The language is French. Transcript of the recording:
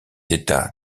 états